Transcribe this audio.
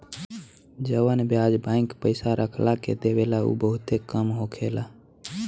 जवन ब्याज बैंक पइसा रखला के देवेला उ बहुते कम होखेला